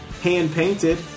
hand-painted